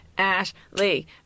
Ashley